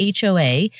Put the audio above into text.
HOA